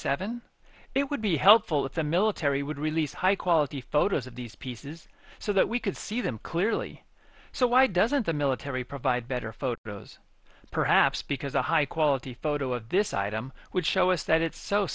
seven it would be helpful if the military would release high quality photos of these pieces so that we could see them clearly so why doesn't the military provide better photos perhaps because a high quality photo of this item would show us that it's so